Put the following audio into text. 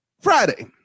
Friday